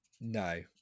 No